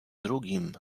drugim